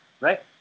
right